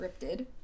scripted